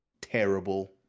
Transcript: terrible